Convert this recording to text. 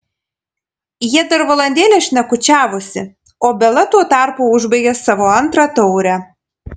jie dar valandėlę šnekučiavosi o bela tuo tarpu užbaigė savo antrą taurę